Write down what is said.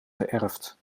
geërfd